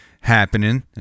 happening